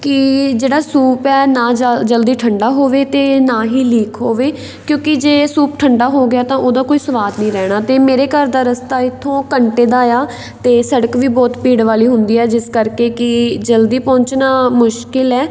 ਕਿ ਜਿਹੜਾ ਸੂਪ ਹੈ ਨਾ ਜਲ ਜਲਦੀ ਠੰਡਾ ਹੋਵੇ ਅਤੇ ਨਾ ਹੀ ਲੀਕ ਹੋਵੇ ਕਿਉਂਕਿ ਜੇ ਸੂਪ ਠੰਡਾ ਹੋ ਗਿਆ ਤਾਂ ਉਹਦਾ ਕੋਈ ਸਵਾਦ ਨਹੀਂ ਰਹਿਣਾ ਅਤੇ ਮੇਰੇ ਘਰ ਦਾ ਰਸਤਾ ਇੱਥੋਂ ਘੰਟੇ ਦਾ ਆ ਅਤੇ ਸੜਕ ਵੀ ਬਹੁਤ ਭੀੜ ਵਾਲੀ ਹੁੰਦੀ ਹੈ ਜਿਸ ਕਰਕੇ ਕਿ ਜਲਦੀ ਪਹੁੰਚਣਾ ਮੁਸ਼ਕਿਲ ਹੈ